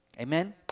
Amen